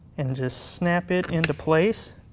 and just snap it into place.